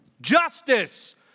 Justice